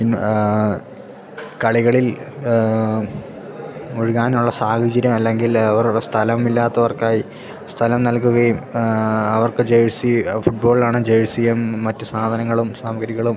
ഇന്ന് കളികളിൽ മുഴുകാനുള്ള സാഹചര്യം അല്ലെങ്കിലവരുടെ സ്ഥലമില്ലാത്തവർക്കായി സ്ഥലം നൽകുകയും അവർക്ക് ജേഴ്സി ഫുട്ബോളിലാണ് ജേഴസിയും മറ്റു സാധനങ്ങളും സാമഗ്രികളും